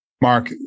Mark